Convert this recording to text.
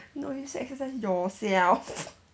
no you said exercise yourself